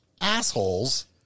assholes